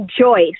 Joyce